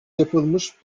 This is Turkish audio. yapılmış